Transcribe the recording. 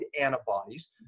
antibodies